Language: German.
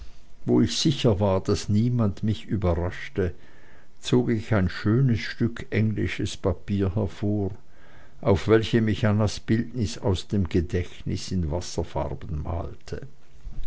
wo ich sicher war daß niemand mich überraschte zog ich ein schönes stück englisches papier hervor auf welchem ich annas bildnis aus dem gedächtnis in wasserfarben malte